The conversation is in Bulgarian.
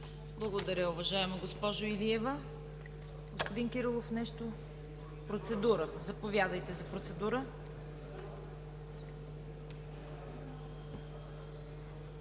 Благодаря, уважаема госпожо Илиева. Господин Кирилов, заповядайте за процедура.